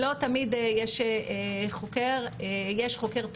לא תמיד יש חוקר תורן.